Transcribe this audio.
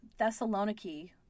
Thessaloniki